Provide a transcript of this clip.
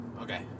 Okay